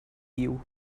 you